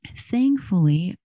Thankfully